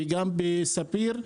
ספיר.